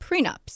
prenups